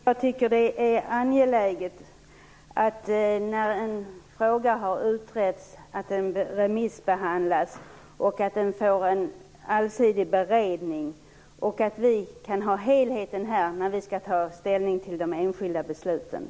Jag tycker att regeringen behöver vägledning.